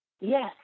yes